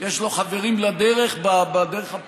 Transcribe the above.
יש לו חברים לדרך הפוליטית.